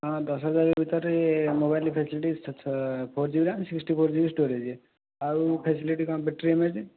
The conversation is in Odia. କ'ଣ ଦଶହଜାର ଭିତରେ ମୋବାଇଲ ଫ୍ୟାସିଲିଟି ଛ four G B RAM sixty four G B storage ଆଉ ଫ୍ୟାସିଲିଟି କ'ଣ ବ୍ୟାଟରୀ ଏମ ଏଚ